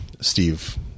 Steve